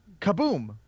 kaboom